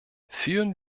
führen